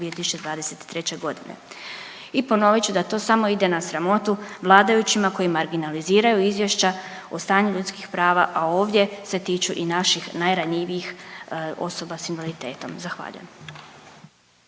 2023. godine. I ponovit ću da to samo ide na sramotu vladajućima koji marginaliziraju izvješća o stanju ljudskih prava, a ovdje se tiču i naših najranjivijih osoba s invaliditetom. Zahvaljujem.